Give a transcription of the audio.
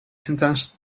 entrance